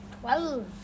Twelve